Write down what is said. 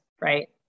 right